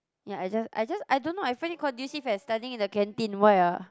ya I just I just I don't know I find it conducive eh studying in the canteen why ah